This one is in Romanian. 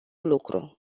lucru